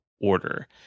order